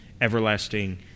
everlasting